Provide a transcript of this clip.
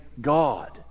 God